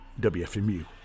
wfmu